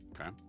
Okay